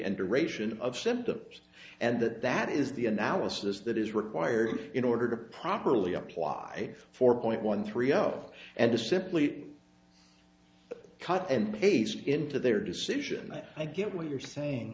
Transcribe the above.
duration of symptoms and that that is the analysis that is required in order to properly apply for point one three zero and to simply cut and paste into their decision i get what you're saying